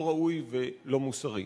לא ראוי ולא מוסרי.